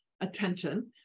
attention